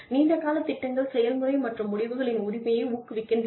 நீண்ட கால திட்டங்கள் செயல்முறை மற்றும் முடிவுகளின் உரிமையை ஊக்குவிக்கின்றன